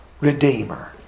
redeemer